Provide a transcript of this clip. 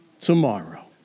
tomorrow